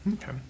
Okay